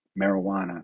marijuana